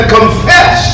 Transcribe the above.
Confess